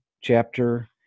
chapter